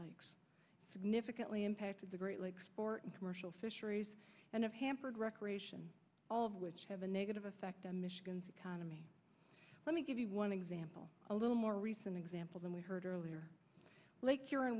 lakes significantly impacted the great lakes sport and commercial fisheries and hampered recreation all of which have a negative effect on michigan's economy let me give you one example a little more recent example than we heard earlier like